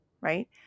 right